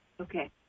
Okay